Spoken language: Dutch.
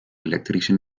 elektrische